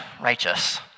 righteous